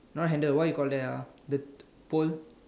not handle what you call that ah the pole